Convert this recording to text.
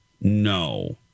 No